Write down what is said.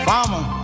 Farmer